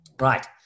right